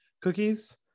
cookies